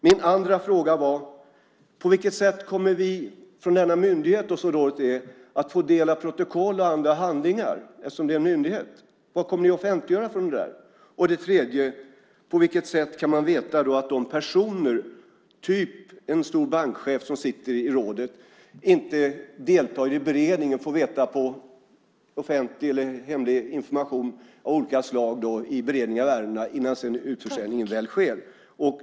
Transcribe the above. Min andra fråga var: På vilket sätt kommer vi från denna myndighet, som ju rådet är, att få del av protokoll och andra handlingar just eftersom det är en myndighet, och vad kommer ni att offentliggöra i det avseendet? Min tredje fråga är: På vilket sätt kan man veta att de personer, typ en stor bankchef som sitter i rådet, inte deltar vid beredningen och inte får reda på offentlig eller hemlig information av olika slag vid beredningen av ärendena innan utförsäljning sedan väl sker?